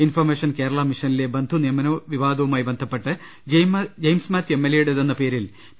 information Kerala മിഷനിലെ ബന്ധുനിയമന വിവാദവുമായി ബന്ധപ്പെട്ട് ജയിംസ് മാത്യു എംഎൽഎയുടെതെന്ന പേരിൽ പി